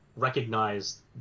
recognize